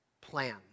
plan